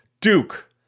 Duke